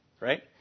right